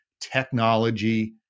technology